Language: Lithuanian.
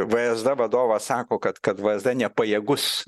vsd vadovas sako kad kad vsd nepajėgus